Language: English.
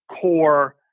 core